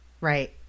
Right